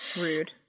rude